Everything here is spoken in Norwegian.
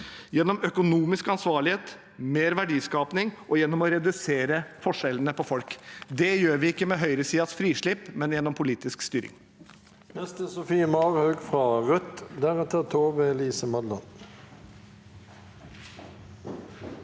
gjennom økonomisk ansvarlighet, mer verdiskaping og gjennom å redusere forskjellene på folk. Det gjør vi ikke med høyresidens frislipp, men gjennom politisk styring.